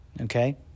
Okay